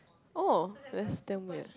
oh that's damn weird